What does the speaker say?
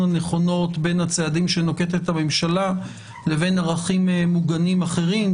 הנכונות בין הצעדים שנוקטת הממשלה לבין ערכים מוגנים אחרים,